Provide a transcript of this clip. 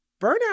Burnout